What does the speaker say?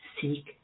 seek